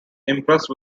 impressed